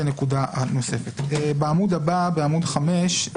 בעמוד הבא, בעמוד 5,